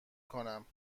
کنم